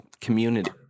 community